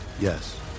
Yes